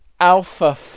Alpha